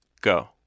Go